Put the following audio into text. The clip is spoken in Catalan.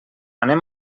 anem